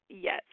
Yes